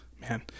man